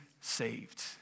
saved